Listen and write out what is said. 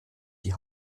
die